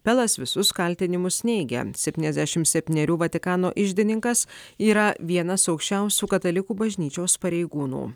pelas visus kaltinimus neigia septyniasdešimt septynerių vatikano iždininkas yra vienas aukščiausių katalikų bažnyčios pareigūnų